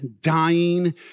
dying